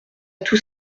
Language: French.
tout